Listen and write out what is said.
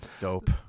Dope